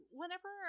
whenever